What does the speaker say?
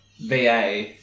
VA